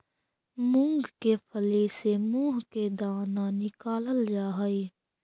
मूंग के फली से मुंह के दाना निकालल जा हई